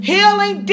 Healing